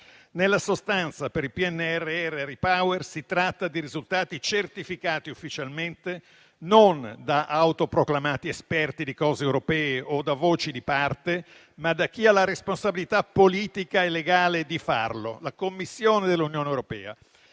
Nella sostanza per il PNRR REPower si tratta di risultati certificati ufficialmente, non da autoproclamati esperti di cose europee o da voci di parte, ma da chi ha la responsabilità politica e legale di farlo, la Commissione dell'Unione europea.